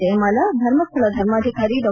ಜಯಮಾಲಾ ಧರ್ಮಸ್ಥಳ ಧರ್ಮಾಧಿಕಾರಿ ಡಾ